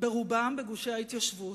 רובם, בגושי ההתיישבות,